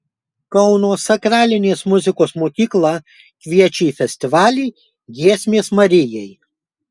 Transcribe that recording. kauno sakralinės muzikos mokykla kviečia į festivalį giesmės marijai